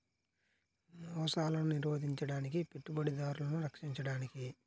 మోసాలను నిరోధించడానికి, పెట్టుబడిదారులను రక్షించడానికి